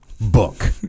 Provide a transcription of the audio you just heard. book